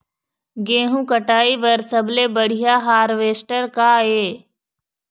गेहूं कटाई बर सबले बढ़िया हारवेस्टर का ये?